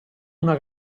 una